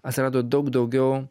atsirado daug daugiau